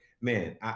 Man